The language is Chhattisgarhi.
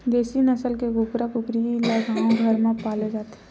देसी नसल के कुकरा कुकरी ल गाँव घर म पाले जाथे